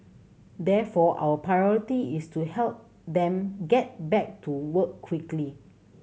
therefore our priority is to help them get back to work quickly